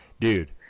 dude